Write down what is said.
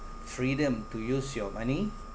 freedom to use your money